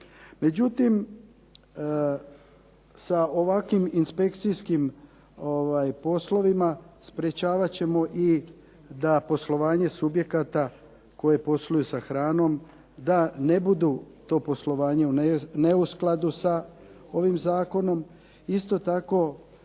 Međutim, sa ovakvim inspekcijskim poslovima sprječavat ćemo i da poslovanje subjekata koji posluju sa hranom da ne budu to poslovanje u neuskladu sa ovim zakonom. Isto tako,